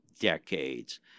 decades